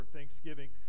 Thanksgiving